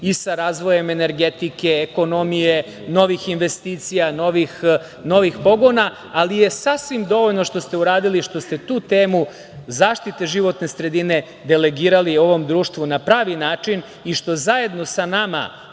sa razvojem energetike, ekonomije, novih investicija, novih pogona, ali je sasvim dovoljno što ste uradili, što ste tu temu zaštite životne sredine delegirali ovom društvu na pravi način i što zajedno sa nama